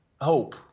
hope